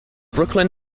brooklyn